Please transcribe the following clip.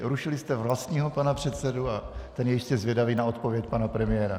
Rušili jste vlastního pana předsedu a ten je jistě zvědavý na odpověď pana premiéra.